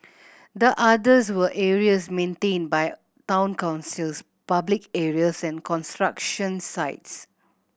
the others were areas maintained by town councils public areas and construction sites